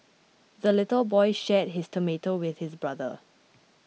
the little boy shared his tomato with his brother